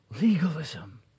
legalism